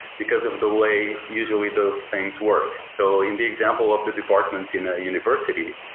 because of the way usually those things work. so in the example of the departments in a university,